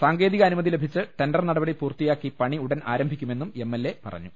സാങ്കേ തിക അനുമതി ലഭിച്ച് ടെണ്ടർ നടപടി പൂർത്തിയാക്കി പണി ഉടൻ ആരംഭിക്കുമെന്നും എം എൽ എ അറിയിച്ചു